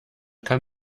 kann